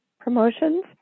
promotions